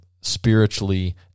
spiritually